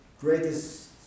greatest